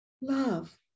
love